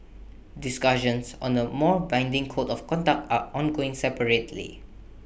discussions on A more binding code of conduct are ongoing separately